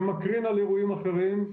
שמקרין על אירועים אחרים,